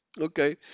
okay